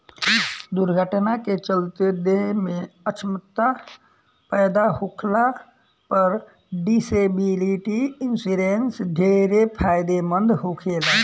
दुर्घटना के चलते देह में अछमता पैदा होखला पर डिसेबिलिटी इंश्योरेंस ढेरे फायदेमंद होखेला